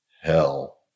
hell